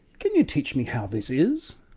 can you teach me how this is?